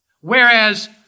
whereas